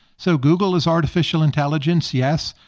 so google is artificial intelligence, yes.